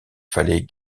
fallait